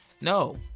No